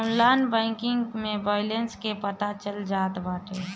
online banking में balance के पता चल जात बाटे